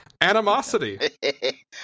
animosity